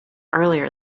earlier